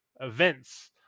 events